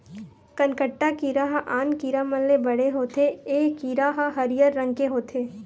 कनकट्टा कीरा ह आन कीरा मन ले बड़े होथे ए कीरा ह हरियर रंग के होथे